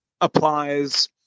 applies